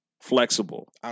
flexible